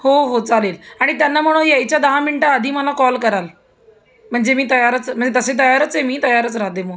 हो हो चालेल आणि त्यांना म्हणावं यायच्या दहा मिनटं आधी मला कॉल कराल म्हणजे मी तयारच म्हणजे तसे तयारच आहे मी तयारच राहते मग